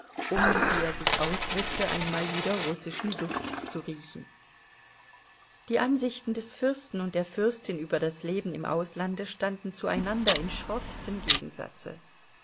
um wie er sich ausdrückte einmal wieder russischen duft zu riechen die ansichten des fürsten und der fürstin über das leben im auslande standen zueinander in schroffstem gegensatze